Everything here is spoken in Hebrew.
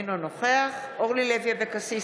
אינו נוכח אורלי לוי אבקסיס,